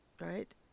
right